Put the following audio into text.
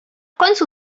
końcu